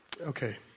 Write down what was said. Okay